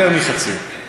יותר מחצי.